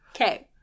Okay